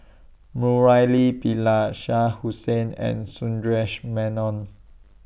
Murali Pillai Shah Hussain and Sundaresh Menon